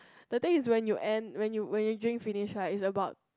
the day is when you end when you when you drink finish lah is like about